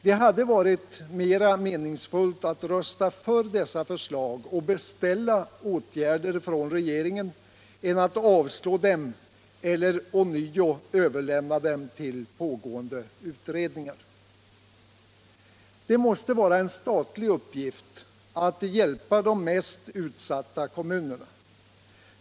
Det hade varit mera meningsfullt att rösta för dessa förslag och beställa åtgärder från regeringen än att avslå dem eller ånyo överlämna dem till pågående utredningar. | Det måste vara en statlig uppgift att hjälpa de mest utsatta kommunerna.